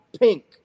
pink